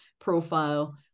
profile